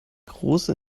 große